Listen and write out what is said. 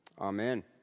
Amen